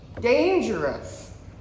dangerous